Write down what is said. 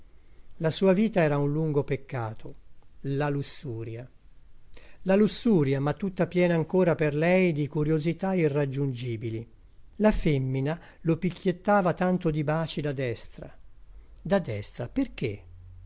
la sua vita era un lungo peccato la lussuria la lussuria ma tutta piena ancora per lei di curiosità irraggiungibili la femmina lo picchiettava tanto di baci da destra da destra perché